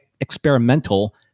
experimental